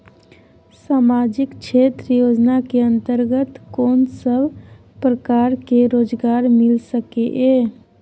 सामाजिक क्षेत्र योजना के अंतर्गत कोन सब प्रकार के रोजगार मिल सके ये?